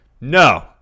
no